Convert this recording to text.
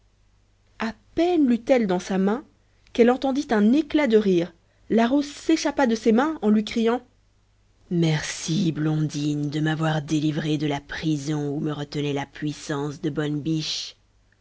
a peine leut elle dans sa main qu'elle entendit un éclat de rire la rose s'échappa de ses mains en lui criant merci blondine de m'avoir délivrée de la prison où me retenait la puissance de